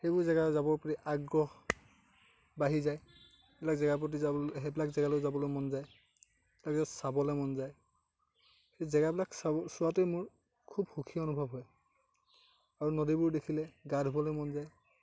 সেইবোৰ জেগা যাবৰ বাবে আগ্ৰহ বাঢ়ি যায় সেইবিলাক জেগালৈ যাবলৈ মন যায় আৰু চাবলৈ মন যায় জেগাবিলাক চোৱাতেই মোৰ খুউব সুখী অনুভৱ হয় আৰু নদীবোৰ দেখিলে গা ধুবলৈ মন যায়